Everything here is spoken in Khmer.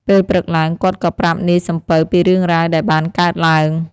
ពេលព្រឹកឡើង គាត់ក៏ប្រាប់នាយសំពៅពីរឿងរ៉ាវដែលបានកើតឡើង។